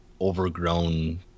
overgrown